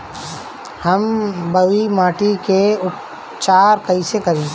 हम बलुइ माटी के उपचार कईसे करि?